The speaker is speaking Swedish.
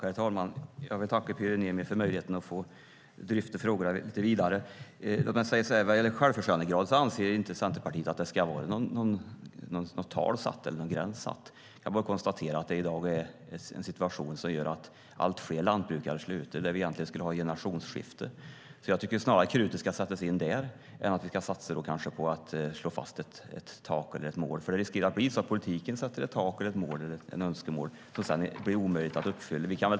Herr talman! Jag vill tacka Pyry Niemi för möjligheten att få dryfta frågorna lite vidare. Vad gäller självförsörjningsgrad anser inte Centerpartiet att det ska vara satt något tal eller någon gräns. Jag bara konstaterar att dagens situation innebär att allt fler lantbrukare slutar där vi egentligen skulle ha ett generationsskifte. Jag tycker snarare att krutet ska sättas in där än att vi kanske ska satsa på att slå fast ett mål. Det riskerar att bli så att politiken sätter upp ett tak, ett mål eller ett önskemål som det sedan blir omöjligt att nå.